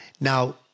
Now